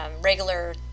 regular